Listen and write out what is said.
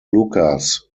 lucas